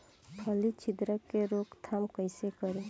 फली छिद्रक के रोकथाम कईसे करी?